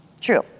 True